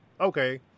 okay